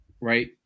Right